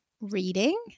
reading